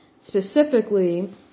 specifically